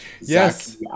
Yes